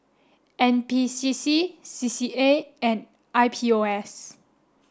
N P C C C C A and I P O S